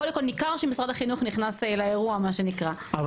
קודם כל ניכר שמשרד החינוך נכנס לאירוע מה שנקרא,